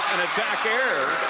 an attack error.